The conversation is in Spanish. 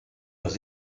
los